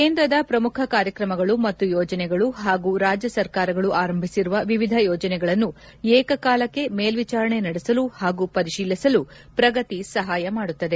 ಕೇಂದ್ರದ ಪ್ರಮುಖ ಕಾರ್ಯಕ್ರಮಗಳು ಮತ್ತು ಯೋಜನೆಗಳು ಹಾಗೂ ರಾಜ್ಯ ಸರ್ಕಾರಗಳು ಅರಂಭಿಸಿರುವ ವಿವಿಧ ಯೋಜನೆಗಳನ್ನು ಏಕಕಾಲಕ್ಕೆ ಮೇಲ್ವಿಚಾರಣೆ ನಡೆಸಲು ಹಾಗೂ ಪರಿಶೀಲಿಸಲು ಪ್ರಗತಿ ಸಹಾಯ ಮಾಡುತ್ತದೆ